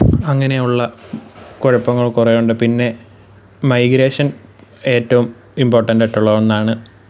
അങ്ങനെയുള്ള കുഴപ്പങ്ങള് കുറേ ഉണ്ട് പിന്നെ മൈഗ്രേഷന് ഏറ്റവും ഇമ്പോട്ടൻ്റ് ആയിട്ടുള്ള ഒന്നാണ്